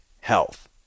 health